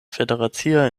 federacia